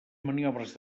maniobres